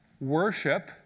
worship